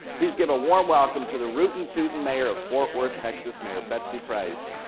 please give a warm welcome to the rootin' tootin' mayor of fort worth, texas, mayor betsy price.